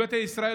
ביתא ישראל,